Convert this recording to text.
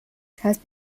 has